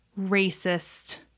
racist